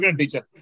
teacher